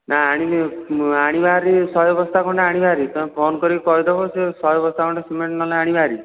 ନା ଆଣିନି ଆଣିବା ଭାରି ଶହେ ବସ୍ତା ଖଣ୍ଡେ ଆଣିବା ହାରି ତୁମେ ଫୋନ୍ କରିକି କହି ଦେବ ଶହେ ବସ୍ତା ଖଣ୍ଡେ ସିମେଣ୍ଟ୍ ନହେଲେ ଆଣିବା ହାରି